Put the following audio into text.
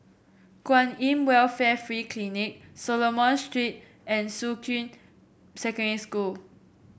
Kwan In Welfare Free Clinic Solomon Street and Shuqun Secondary School